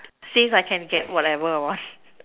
since I can get whatever I want